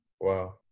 Wow